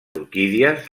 orquídies